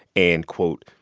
and, quote,